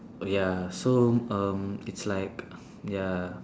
ya so um it's like ya